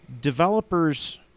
Developers